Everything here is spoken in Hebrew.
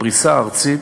בפריסה ארצית,